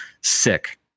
sick